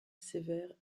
sévère